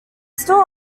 still